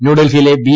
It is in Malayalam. ന്യൂഡൽഹിയിലെ ബി